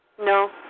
no